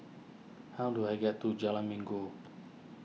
how do I get to Jalan Minggu